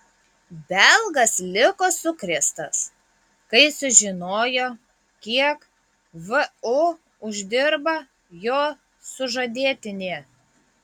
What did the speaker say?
belgas liko sukrėstas kai sužinojo kiek vu uždirba jo sužadėtinė